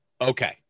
Okay